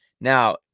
Now